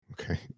Okay